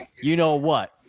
you-know-what